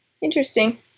Interesting